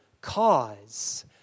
cause